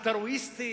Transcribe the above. אלטרואיסטית,